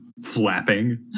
flapping